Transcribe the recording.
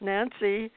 Nancy